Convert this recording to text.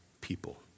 people